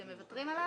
אתם מוותרים עליו?